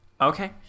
okay